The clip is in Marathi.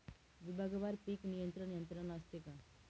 विभागवार पीक नियंत्रण यंत्रणा असते का?